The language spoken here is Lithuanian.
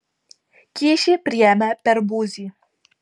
kyšį priėmė per buzį